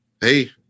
hey